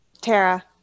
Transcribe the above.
Tara